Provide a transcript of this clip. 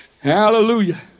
Hallelujah